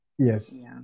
Yes